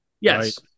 Yes